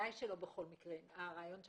בוודאי שלא בכל מקרה אלא